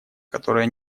которая